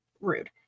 Rude